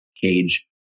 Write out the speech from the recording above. cage